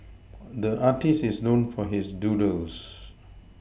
the artist is known for his doodles